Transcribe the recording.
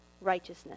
righteousness